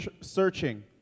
searching